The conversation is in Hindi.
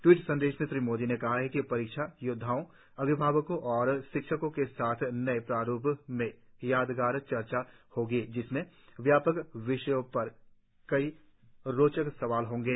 ट्वीट संदेश में श्री मोदी ने कहा कि परीक्षा योद्वाओं अभिभावकों और शिक्षकों के साथ नए प्रारूप में यादगार चर्चा होगी जिसमें व्यापक विषयों पर कई रोचक सवाल होंगे